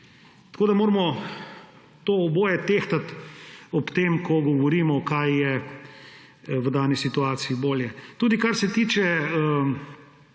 Tako da moramo oboje tehtati, ko govorimo, kaj je v dani situaciji bolje. Kar se tiče